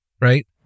right